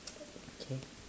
K